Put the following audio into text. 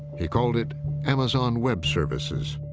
he called it amazon web services.